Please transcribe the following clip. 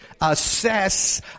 assess